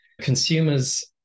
consumers